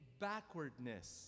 backwardness